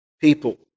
people